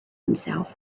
himself